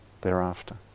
thereafter